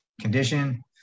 condition